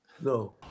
No